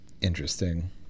Interesting